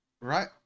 right